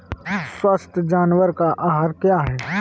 स्वस्थ जानवर का आहार क्या है?